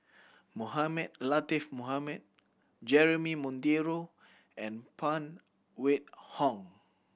Mohamed Latiff Mohamed Jeremy Monteiro and Phan Wait Hong